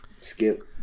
Skip